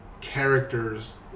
characters